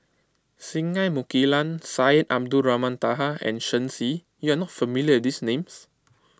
Singai Mukilan Syed Abdulrahman Taha and Shen Xi you are not familiar with these names